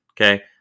Okay